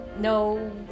no